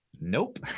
Nope